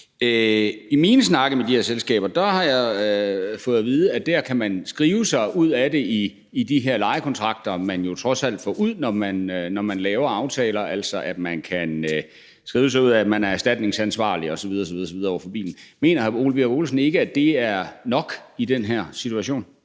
I mine snakke med de her selskaber har jeg fået at vide, at man kan skrive sig ud af det i de her lejekontrakter, man jo trods alt får, når man laver aftaler; at man altså kan skrive sig ud af, at man er erstatningsansvarlig osv. osv. i forhold til bilen. Mener hr. Ole Birk Olesen ikke, at det er nok i den her situation?